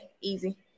easy